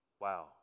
Wow